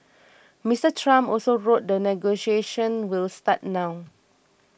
Mister Trump also wrote that negotiations will start now